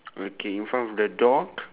okay in front of the door